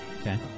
Okay